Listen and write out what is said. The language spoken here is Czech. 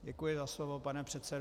Děkuji za slovo, pane předsedo.